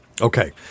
Okay